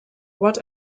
what